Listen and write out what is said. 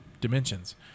dimensions